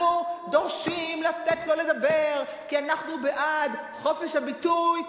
אז אנחנו דורשים לתת לו לתת לדבר כי אנחנו בעד חופש הביטוי,